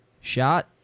Shot